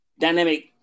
dynamic